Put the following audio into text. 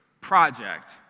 project